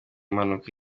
mpanuka